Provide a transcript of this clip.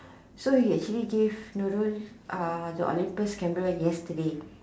so he actually gave Nurul uh the Olympus camera yesterday